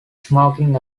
smoking